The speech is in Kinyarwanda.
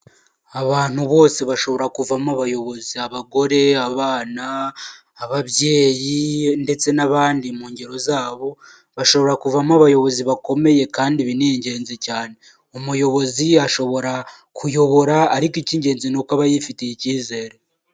Abantu bose bashobora kuvamo abayobozi abagore, abana, ababyeyi ndetse n'abandi mu ngero zabo bashobora kuvamo abayobozi bakomeye kandi ibi ni ingenzi cyane. Umuyobozi ashobora kuyobora ariko icy'ingenzi ni uko aba yifitiye icyizere.